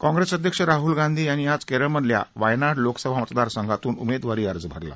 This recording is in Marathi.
काँग्रेस अध्यक्ष राहुल गांधी यांनी आज केरळमधल्या वायनाड लोकसभा मतदारसंघातून उमेदवारी अर्ज भरला